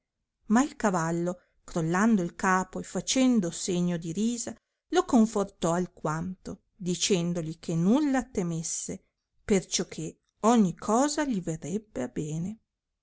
ma il cavallo crollando il capo e facendo segno di risa lo confortò alquanto dicendogli che nulla temesse perciò che ogni cosa gli verrebbe a bene